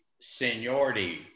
seniority